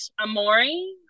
Amori